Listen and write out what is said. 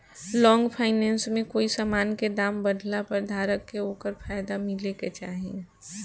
long finance में कोई समान के दाम बढ़ला पर धारक के ओकर फायदा मिले के चाही